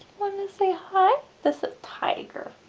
wanna say hi? this is tiger,